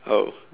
oh